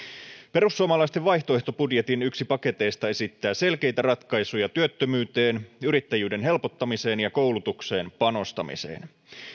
perussuomalaisten vaihtoehtobudjetin paketeista esittää selkeitä ratkaisuja työttömyyteen yrittäjyyden helpottamiseen ja koulutukseen panostamiseen